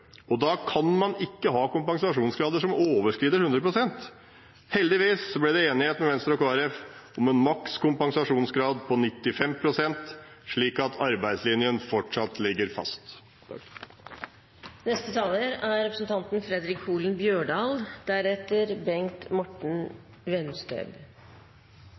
og da kan man ikke ha kompensasjonsgrader som overskrider 100 pst. Heldigvis ble det enighet med Venstre og Kristelig Folkeparti om en maks kompensasjonsgrad på 95 pst., slik at arbeidslinjen fortsatt ligger fast.